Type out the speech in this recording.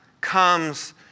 comes